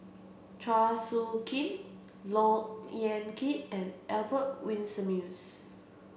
Chua Soo Khim Look Yan Kit and Albert Winsemius